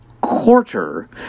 quarter